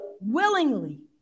willingly